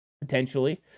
Potentially